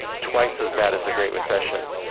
twice as bad as the great recession.